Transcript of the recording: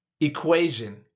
equation